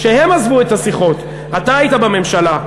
כשהם עזבו את השיחות אתה היית בממשלה.